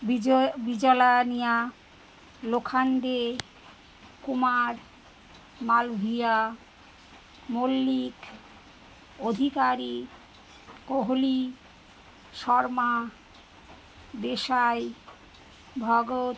Bijoy Bijlania Lokhande Kumar Malviya Mallick Adhikari Kohli Sharma Desai Bhagat